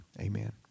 Amen